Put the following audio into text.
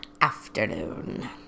afternoon